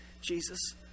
Jesus